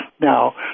now